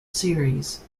series